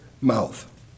mouth